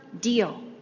deal